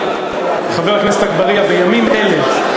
חבר הכנסת אגבאריה, בימים אלה.